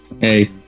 Hey